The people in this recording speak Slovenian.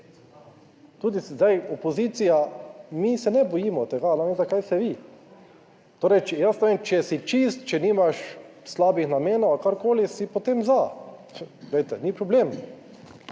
zdaj opozicija, mi se ne bojimo tega, ne vem, zakaj se vi, torej, jaz ne vem, če si čist, če nimaš slabih namenov ali karkoli, si potem za, glejte, ni problem,